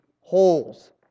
holes